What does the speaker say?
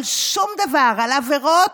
על שום דבר, על עבירות,